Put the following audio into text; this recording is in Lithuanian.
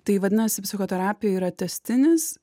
tai vadinasi psichoterapija yra tęstinis